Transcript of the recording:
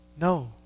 No